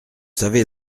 savez